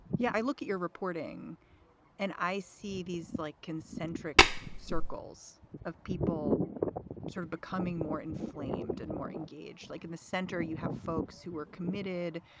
yeah, i look at your reporting and i see these, like, concentric circles of people sort of becoming more inflamed and more engaged. like in the center. you have folks who are committed,